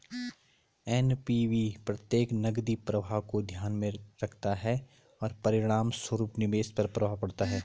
NPV प्रत्येक नकदी प्रवाह को ध्यान में रखता है, परिणामस्वरूप निवेश पर प्रभाव पड़ता है